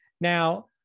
Now